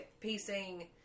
pacing